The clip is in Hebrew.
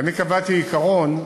ואני קבעתי עיקרון,